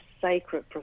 sacred